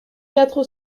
quatre